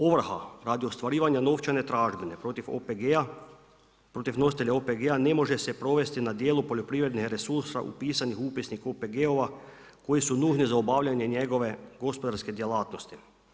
Ovrha, radi ostvarivanja novčane tražbine protiv OPG-a, protiv nositelja OPG-a ne može se provesti na djelu poljoprivrednih resursa upisanih u upisnik OGP-ova koji su nužni za obavljanje njegove gospodarske djelatnosti.